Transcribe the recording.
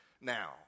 now